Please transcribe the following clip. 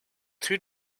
too